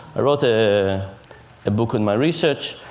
i wrote a book on my research.